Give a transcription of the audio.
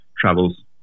travels